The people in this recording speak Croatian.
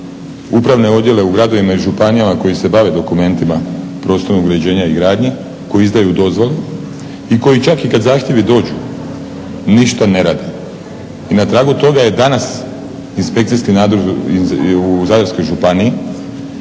upravne odijele u gradovima i županijama koji se bave dokumentima prostornog uređenja i gradnje koji izdaju dozvole i koji čak kada i zahtjevi dođu ništa ne rade. I na tragu toga je danas inspekciji nadzor u Zadarskoj županiji